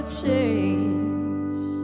change